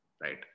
Right